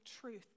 truth